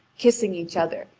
kissing each other,